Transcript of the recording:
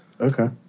okay